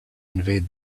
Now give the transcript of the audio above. invade